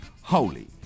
holy